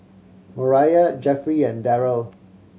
Moriah Jeffrey and Deryl